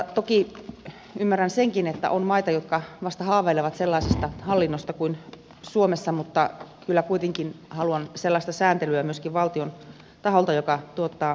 toki ymmärrän senkin että on maita jotka vasta haaveilevat sellaisesta hallinnosta kuin suomessa mutta kyllä kuitenkin haluan valtion taholta myöskin sellaista sääntelyä joka tuottaa lisäarvoa